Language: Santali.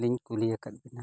ᱞᱤᱧ ᱠᱩᱞᱤ ᱟᱠᱟᱫ ᱵᱤᱱᱟ